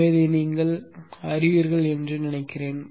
எனவே இதை நீங்கள் அறிவீர்கள் என்று நினைக்கிறேன்